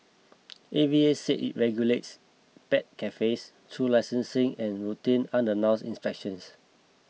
A V A said it regulates pet cafes through licensing and routine unannounced inspections